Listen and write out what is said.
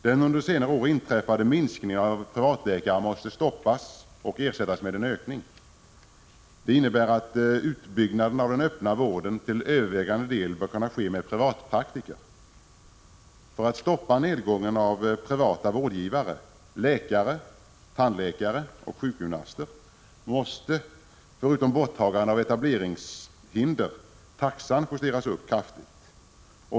Den under senare år inträffade minskningen av antalet privatläkare måste stoppas och ersättas med en ökning. Det innebär att utbyggnaden av den öppna vården till övervägande del bör kunna ske med privatpraktiker. För att stoppa nedgången i antalet privata vårdgivare, läkare, tandläkare och sjukgymnaster måste, förutom att etableringshinder tas bort, taxan justeras upp kraftigt.